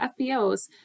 FBOs